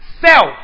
Self